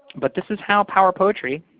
but this is how power poetry,